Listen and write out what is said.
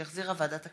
שהחזירה ועדת הכספים.